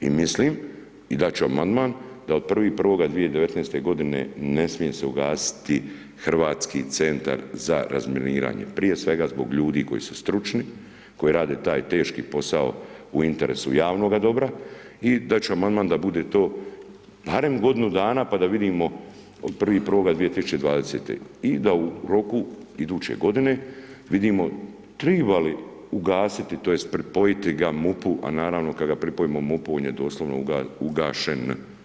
I mislim i dati ću Amandman da od 1.1.2019.-te godine ne smije se ugasiti Hrvatski centar za razminiranje prije svega zbog ljudi koji su stručni, koji rade taj teški posao u interesu javnoga dobra i da ćemo onda da bude to barem godinu dana pa da vidimo od 01.01.2020. i da u roku iduće godine vidimo triba li ugasiti, tj. pripojiti ga MUP-u, a naravno, kad ga pripojimo MUP-u on je doslovno ugašen.